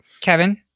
Kevin